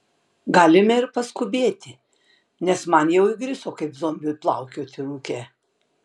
galime ir paskubėti nes man jau įgriso kaip zombiui plaukioti rūke